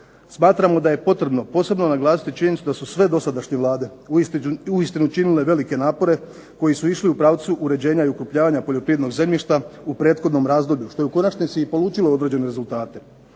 smatramo da je potrebno posebno naglasiti činjenicu da su sve dosadašnje vlade uistinu učinile velike napore koji su išli u pravcu uređenja i okrupnjavanja poljoprivrednog zemljišta u prethodnom razdoblju, što je u konačnici i polučilo određene rezultate.